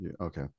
okay